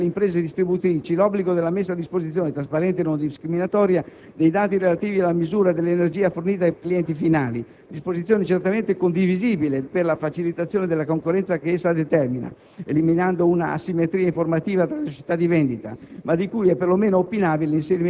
Il comma 1 prescrive anche alle imprese distributrici l'obbligo della messa a disposizione, trasparente e non discriminatoria, dei dati relativi alla misura dell'energia fornita ai clienti finali, disposizione certamente condivisibile per la facilitazione della concorrenza che essa determina, eliminando una asimmetria informativa tra le società di vendita,